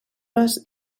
les